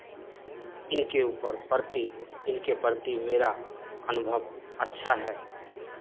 इनके ऊपर प्रति इनके प्रति मेरा अनुभव अच्छा है